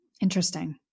Interesting